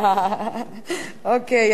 אוקיי.